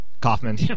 Kaufman